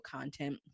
content